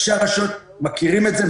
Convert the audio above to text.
כשהרשויות מכירים את זה,